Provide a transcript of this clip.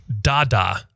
Dada